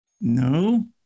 No